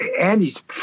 Andy's